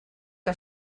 que